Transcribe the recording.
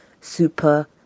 super